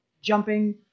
jumping